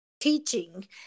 teaching